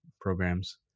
programs